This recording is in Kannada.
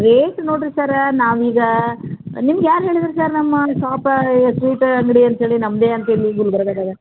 ರೇಟ್ ನೋಡಿರಿ ಸರ್ ನಾವೀಗ ನಿಮ್ಗೆ ಯಾರು ಹೇಳಿದ್ರು ಸರ್ ನಮ್ಮ ಶಾಪ್ ಸ್ವೀಟ್ ಅಂಗಡಿ ಅಂಥೇಳಿ ನಮ್ಮದೇ ಅಂಥೇಳಿ ಗುಲ್ಬರ್ಗದಾಗ